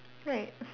right